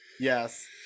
yes